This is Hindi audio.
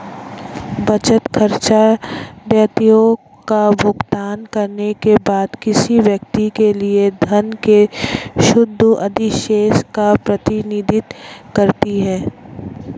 बचत, खर्चों, दायित्वों का भुगतान करने के बाद किसी व्यक्ति के लिए धन के शुद्ध अधिशेष का प्रतिनिधित्व करती है